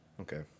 okay